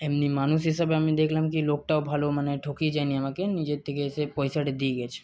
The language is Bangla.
এমনি মানুষ হিসাবে আমি দেখলাম কি লোকটাও ভালো মানে ঠকিয়ে যায় নি আমাকে নিজের থেকে এসে পয়সাটা দিয়ে গেছে